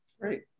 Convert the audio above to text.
Great